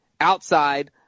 outside